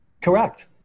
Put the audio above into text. Correct